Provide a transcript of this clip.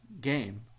game